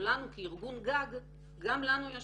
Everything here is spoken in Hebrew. לנו כארגון גג גם יש משלחות.